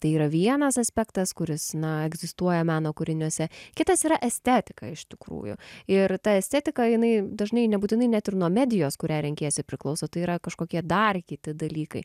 tai yra vienas aspektas kuris na egzistuoja meno kūriniuose kitas yra estetika iš tikrųjų ir ta estetika jinai dažnai nebūtinai net ir nuo medijos kurią renkiesi priklauso tai yra kažkokie dar kiti dalykai